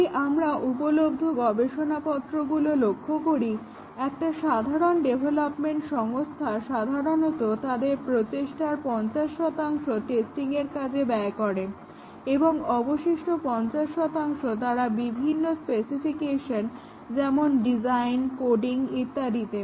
যদি তোমরা উপলব্ধ গবেষণাপত্রগুলো লক্ষ করো একটা সাধারণ ডেভেলপমেন্ট সংস্থা সাধারণত তাদের প্রচেষ্টার 50 টেস্টিংয়ের কাজে ব্যয় করে এবং অবশিষ্ট 50 তারা বিভিন্ন স্পেসিফিকেশন যেমন ডিজাইন কোডিং ইত্যাদিতে